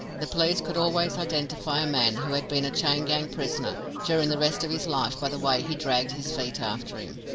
the police could always identify a man who had been a chain-gang prisoner during the rest of his life by the way he dragged his feet after him.